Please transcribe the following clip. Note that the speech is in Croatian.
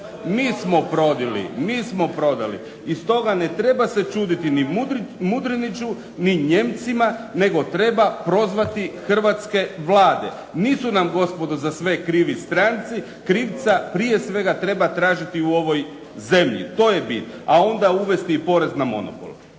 Telecomu"? Mi smo prodali. I stoga ne treba se čuditi ni Mudriniću, ni Nijemcima, nego trebati prozvati hrvatske vlade. Nisu nam gospodo za sve krivi stranci, krivca prije svega treba tražiti u ovoj zemlji. To je bit, a onda uvesti i porez na monopol.